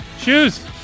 Shoes